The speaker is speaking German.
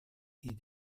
die